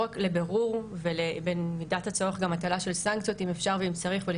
רק לבירור ובמידת הצורך גם הטלה של סנקציות אם אפשר ואם צריך,